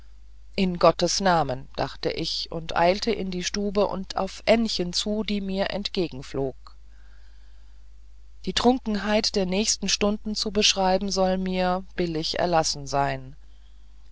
in gottes namen dachte ich und eilte in die stube und auf ännchen zu die mir entgegenflog die trunkenheit der nächsten stunden zu beschreiben soll mir billig erlassen sein